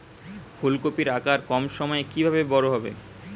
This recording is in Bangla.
ফুলকপির আকার কম সময়ে কিভাবে বড় হবে?